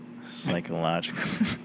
Psychological